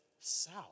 south